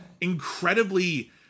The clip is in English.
incredibly